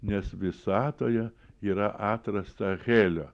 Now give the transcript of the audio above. nes visatoje yra atrasta helio